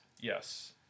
Yes